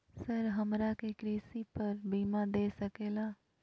Sir हमरा के कृषि पर बीमा दे सके ला?